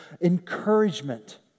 encouragement